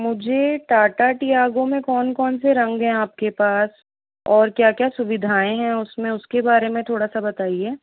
मुझे टाटा टियागो में कौन कौन से रंग हैं आपके पास और क्या क्या सुविधाएँ हैं उसमें उसके बारे में थोड़ा बताइए